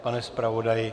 Pane zpravodaji?